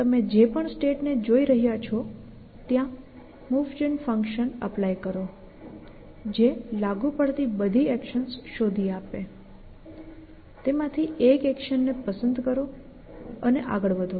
તમે જે પણ સ્ટેટને જોઈ રહ્યા છો ત્યાં મૂન જેન ફંક્શન અપ્લાય કરો જે લાગુ પડતી બધી એક્શન્સ શોધી આપે તેમાંથી એક એક્શન ને પસંદ કરો અને આગળ વધો